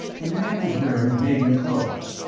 the man was wearing vegan clothes,